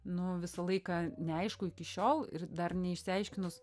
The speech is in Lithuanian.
nu visą laiką neaišku iki šiol ir dar neišsiaiškinus